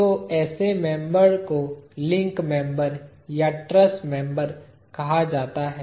तो ऐसे मेंबर को लिंक मेंबर या ट्रस मेंबर कहा जाता है